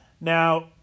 Now